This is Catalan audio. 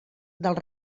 dels